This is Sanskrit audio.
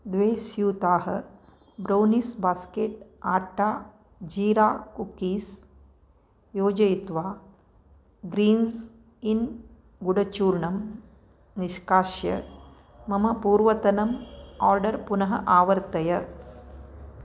द्वे स्यूताः ब्रौनीस् बास्केट् आट्टा जीरा कुक्कीस् योजयित्वा ग्रीन्स् इन् गुडचूर्णम् निष्का मम पूर्वतनम् आर्डर् पुनः आवर्तय